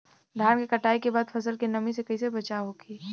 धान के कटाई के बाद फसल के नमी से कइसे बचाव होखि?